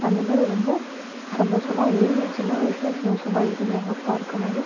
அந்த மாதிரி ரொம்ப சந்தோஷமாக இருந்தேன் சின்ன வயசில் சந்தோஷமாக இருந்தேன் எங்கள் அப்பா இருக்கும்போது